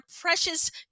precious